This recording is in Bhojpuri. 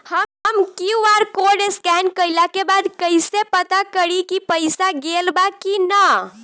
हम क्यू.आर कोड स्कैन कइला के बाद कइसे पता करि की पईसा गेल बा की न?